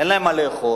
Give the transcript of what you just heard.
אין להם מה לאכול,